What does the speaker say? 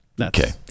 okay